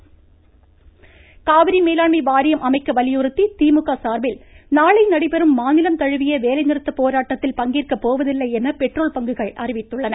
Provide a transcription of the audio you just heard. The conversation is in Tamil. மமமமமம திமுக பந்த் காவிரி மேலாண்மை வாரியம் அமைக்க வலியுறுத்தி திமுக சார்பில் நாளை நடைபெறும் மாநிலம் தழுவிய வேலை நிறுத்த போராட்டத்தில் பங்கேற்க போவதில்லை என பெட்ரோல் பங்குகள் அறிவித்துள்ளன